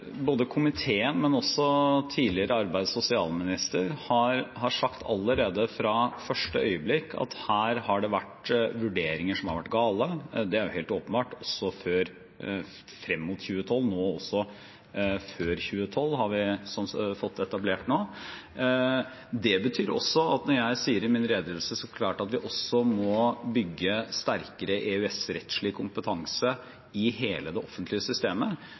Både komiteen og den tidligere arbeids- og sosialministeren har sagt allerede fra første øyeblikk at her har det vært vurderinger som har vært gale – det er helt åpenbart – frem mot 2012 og før 2012, som vi nå også har fått etablert. Det betyr også at når jeg sier i min redegjørelse at vi så klart også må bygge sterkere EØS-rettslig kompetanse i hele det offentlige systemet,